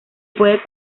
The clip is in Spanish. puede